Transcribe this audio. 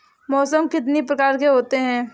मौसम कितनी प्रकार के होते हैं?